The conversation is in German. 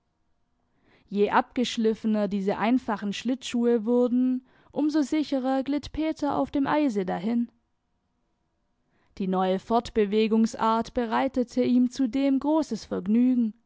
je abgeschliffener diese einfachen schlittschuhe wurden um so sicherer glitt peter auf dem eise dahin die neue fortbewegungsart bereitete ihm zudem großes vergnügen